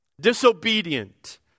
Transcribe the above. disobedient